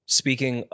speaking